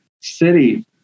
City